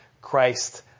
Christ